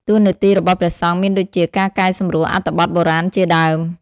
តួនាទីរបស់ព្រះសង្ឃមានដូចជា ការកែសម្រួលអត្ថបទបុរាណជាដើម។